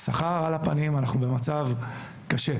השכר על הפנים, ואנחנו במצב קשה.